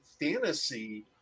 fantasy